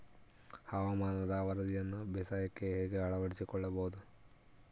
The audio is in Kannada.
ಹವಾಮಾನದ ವರದಿಯನ್ನು ಬೇಸಾಯಕ್ಕೆ ಹೇಗೆ ಅಳವಡಿಸಿಕೊಳ್ಳಬಹುದು?